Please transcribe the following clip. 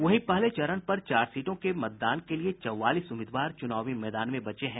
वहीं पहले चरण पर चार सीटों के मतदान के लिए चौवालीस उम्मीदवार चुनावी मैदान में बचे हैं